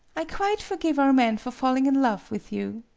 i quite forgive our men for falling in love with you.